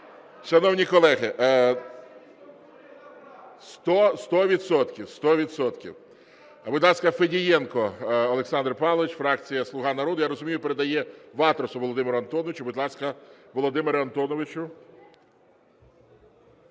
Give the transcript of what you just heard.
Шановні колеги... Сто відсотків. Будь ласка, Федієнко Олександр Павлович, фракція "Слуга народу". Я розумію, передає Ватрасу Володимиру Антоновичу. Будь ласка, Володимире Антоновичу.